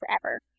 forever